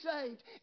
saved